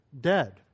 dead